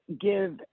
give